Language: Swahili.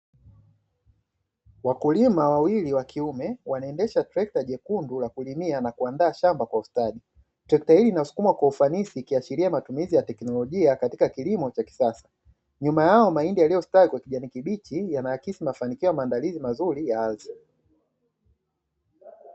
Wakulima wawili wa kiume, wanaendesha trekta jekundu la kulimia na kuandaa shamba kwa ustadi. Trekta hili linasukumwa kwa ufanisi, ikiashiria matumizi ya teknolojia katika kilimo cha kisasa. Nyuma yao mahindi yaliyostawi kwa kijani kibichi, yanaakisi mafanikio ya maandalizi mazuri ya ardhi.